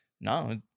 no